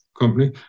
company